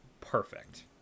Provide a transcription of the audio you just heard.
perfect